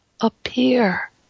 appear